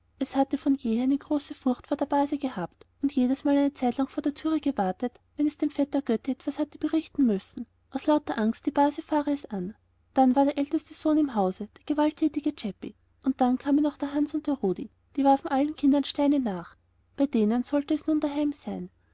es hatte von jeher eine große furcht vor der base gehabt und jedesmal eine zeitlang vor der tür gewartet wenn es dem vetter götti etwas hatte berichten müssen aus lauter angst die base fahre es an dann war der älteste sohn im hause der gewalttätige chäppi und dann kamen noch der hans und der rudi die warfen allen kindern steine nach bei denen sollte es nun daheim sein